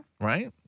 Right